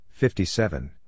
57